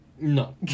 No